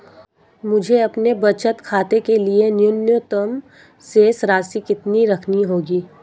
मुझे अपने बचत खाते के लिए न्यूनतम शेष राशि कितनी रखनी होगी?